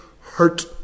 hurt